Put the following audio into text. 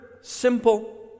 simple